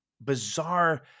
bizarre